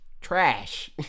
trash